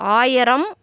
ஆயிரம்